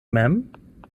mem